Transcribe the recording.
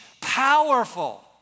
powerful